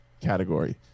category